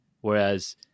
Whereas